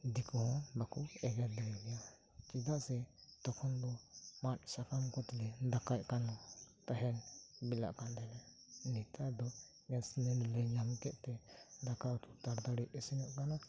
ᱫᱤᱠᱩ ᱦᱚᱸ ᱵᱟᱠᱩ ᱮᱜᱮᱨ ᱫᱟᱲᱤᱭᱟᱞᱮᱭᱟ ᱪᱮᱫᱟᱜᱥᱮ ᱛᱚᱠᱷᱚᱱ ᱫᱚ ᱢᱟᱫ ᱥᱟᱠᱟᱢ ᱠᱚᱛᱮᱞᱮ ᱫᱟᱠᱟᱭᱮᱫ ᱠᱟᱱ ᱛᱟᱦᱮᱸᱱ ᱵᱮᱞᱟᱜ ᱠᱟᱱ ᱛᱟᱦᱮᱸᱜ ᱟᱞᱮ ᱱᱤᱛᱚᱜ ᱫᱚ ᱜᱮᱥᱞᱮ ᱧᱟᱢᱠᱮᱫ ᱛᱮ ᱫᱟᱠᱟ ᱩᱛᱩ ᱛᱟᱲᱟ ᱛᱟᱲᱤ ᱤᱥᱤᱱᱚᱜ ᱠᱟᱱᱟ